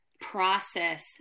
process